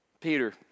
Peter